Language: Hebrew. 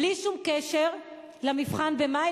בלי שום קשר למבחן במאי,